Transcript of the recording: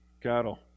cattle